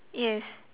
yes